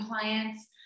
clients